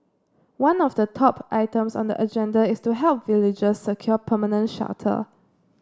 one of the top items on the agenda is to help villagers secure permanent shelter